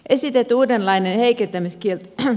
esitetty uudenlainen heikentämiskielto